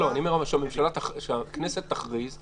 אני אומר שהכנסת תכריז.